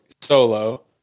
solo